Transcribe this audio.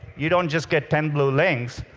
you don't just get ten blue links.